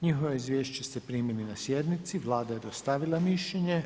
Njihova izvješće ste primili na sjednici, Vlada je dostavila mišljenje.